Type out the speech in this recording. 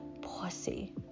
pussy